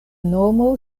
nomo